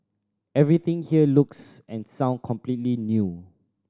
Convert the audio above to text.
everything here looks and sound completely new